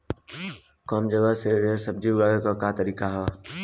कम जगह में ढेर सब्जी उगावे क का तरीका ह?